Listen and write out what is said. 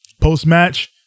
Post-match